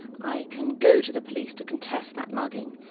i can go to the police to contest that mugging.